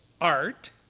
art